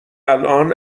الان